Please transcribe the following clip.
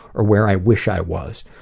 or where i wish i was,